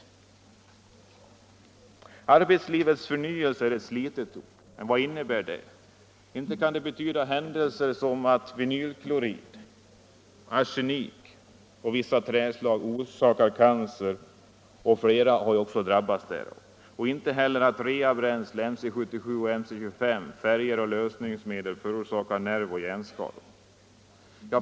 Arbetslivets förnyelse är ett slitet uttryck. Vad innebär det? Inte kan det betyda händelser som att vinylklorid, arsenik och vissa träslag orsakar cancer och att flera arbetare drabbats därav. Inte heller att reabränslet MC 77 och MC 25, färger och lösningsmedel förorsakar nervoch hjärnskador.